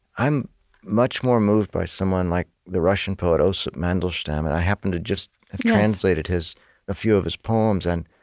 i'm much more moved by someone like the russian poet osip mandelstam. and i happen to just have translated a ah few of his poems. and